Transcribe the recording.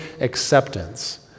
acceptance